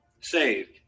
saved